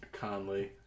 Conley